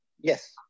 Yes